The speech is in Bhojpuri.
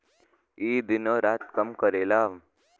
ई दिनो रात काम करेला